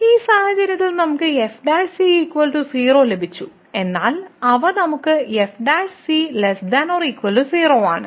ഈ സാഹചര്യത്തിൽ നമ്മൾക്ക് f 0 ലഭിച്ചു എന്നാൽ അവ നമുക്ക് f 0 ആണ്